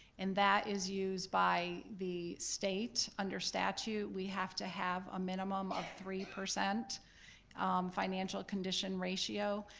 and that is used by the state. under statute, we have to have a minimum of three percent financial condition ratio,